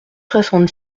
soixante